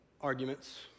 arguments